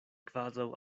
kvazaŭ